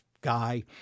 guy